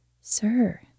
Sir